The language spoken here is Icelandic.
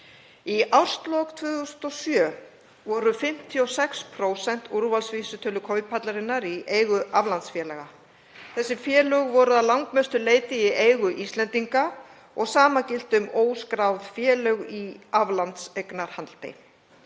Í árslok 2007 voru 56% úrvalsvísitölu Kauphallarinnar í eigu aflandsfélaga. Þessi félög voru að langmestu leyti í eigu Íslendinga og sama gilti um óskráð félög í aflandseignarhaldi.